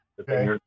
Okay